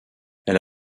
elle